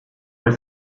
per